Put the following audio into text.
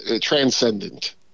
Transcendent